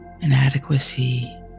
Inadequacy